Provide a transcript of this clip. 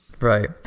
Right